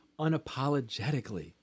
unapologetically